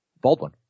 Baldwin